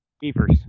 Beavers